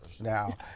now